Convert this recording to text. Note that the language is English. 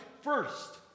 first